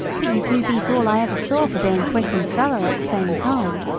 but you do beat all i ever saw for being quick and thorough at the same time.